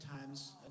times